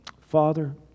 Father